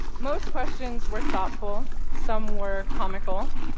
most questions were thoughtful. some were comical.